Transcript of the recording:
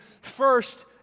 first